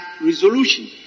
resolution